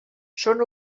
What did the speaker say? són